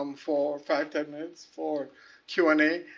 um four or five ten minutes for q and a.